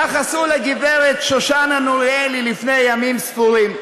כך עשו לגברת שושנה נוריאל לפני ימים ספורים,